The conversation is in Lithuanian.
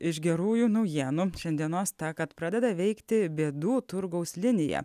iš gerųjų naujienų šiandienos ta kad pradeda veikti bėdų turgaus linija